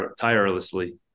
tirelessly